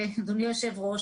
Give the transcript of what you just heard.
אדוני היושב-ראש,